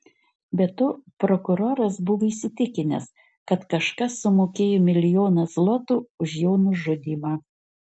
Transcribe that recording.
be to prokuroras buvo įsitikinęs kad kažkas sumokėjo milijoną zlotų už jo nužudymą